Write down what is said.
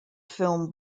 film